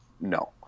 No